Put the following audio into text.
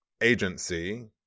agency